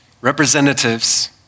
Representatives